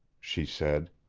she said.